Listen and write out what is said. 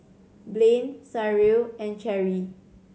Blane Cyril and Cherry